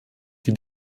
die